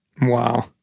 Wow